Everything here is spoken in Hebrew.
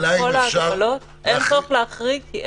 עם כל ההגבלות אין צורך להחריג.